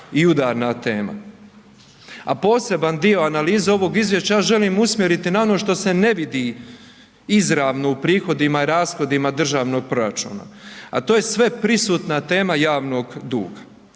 i udarna tema. A poseban dio analize ovog izvješća ja želim usmjeriti na ono što se ne vidi izravno u prihodima i rashodima državnog proračuna, a to je sveprisutna tema javnog duga.